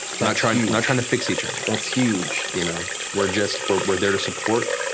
not trying not trying to fix each other. that's huge. you know we're just, we're we're there to support,